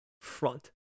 front